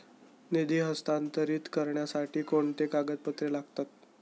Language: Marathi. निधी हस्तांतरित करण्यासाठी कोणती कागदपत्रे लागतात?